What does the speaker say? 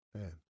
Man